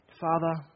Father